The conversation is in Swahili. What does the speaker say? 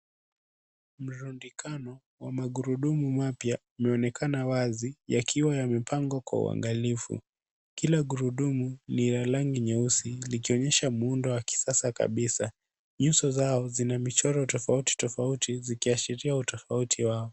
Mrundikano wa magurudumu mapya inaonekana wazi yakiwa yamepangwa kwa uangalifu. Kila gurudumu ni ya rangi nyeusi, likionyesha muundo wa kisasa kabisa. Nyuso zao zina michoro tofauti tofauti, zikiashiria utofauti wao.